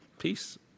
peace